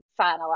finalize